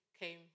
came